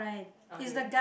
okay